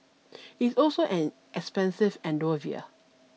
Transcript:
it's also an expensive endeavour